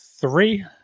three